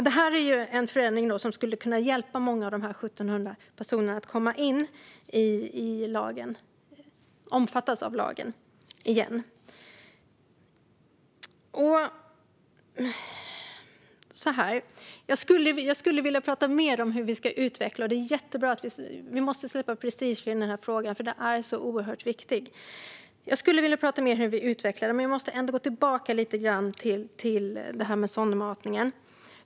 Det är en förändring som skulle kunna hjälpa många av de 1 700 personerna att omfattas av lagen igen. Jag skulle vilja tala mer om hur vi ska utveckla detta. Vi måste släppa prestigen i den här frågan, för den är så oerhört viktig. Men jag måste ändå gå tillbaka lite grann till detta med sondmatningen.